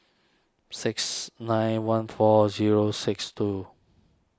six nine one four zero six two